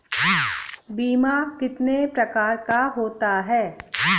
बीमा कितने प्रकार का होता है?